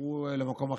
שילכו למקום אחר,